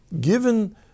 given